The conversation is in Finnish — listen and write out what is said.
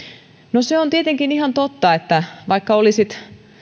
no se on tietenkin ihan totta että vaikka olisit